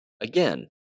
Again